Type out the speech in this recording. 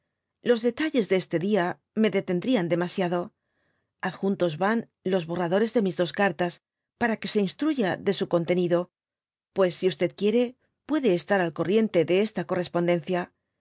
los detalles de este dia me detendrían demasiado adjuntos yan los borradores de mis dos cartaspara que se instruya de su con tenido pues si quiere estar al corriente de esta correspondencia